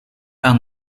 aan